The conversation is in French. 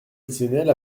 additionnels